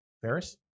ferris